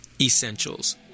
Essentials